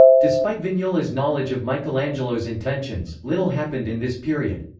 despite vignola's knowledge of michelangelo's intentions, little happened in this period.